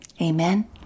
Amen